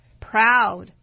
proud